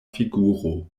figuro